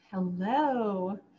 Hello